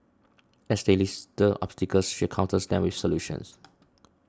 as they list the obstacles she counters them with solutions